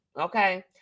okay